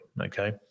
okay